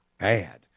bad